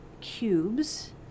cubes